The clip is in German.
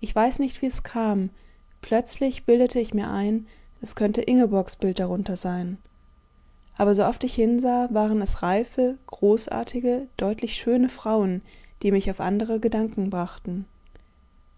ich weiß nicht wie es kam plötzlich bildete ich mir ein es könnte ingeborgs bild darunter sein aber sooft ich hinsah waren es reife großartige deutlich schöne frauen die mich auf andere gedanken brachten